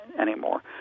anymore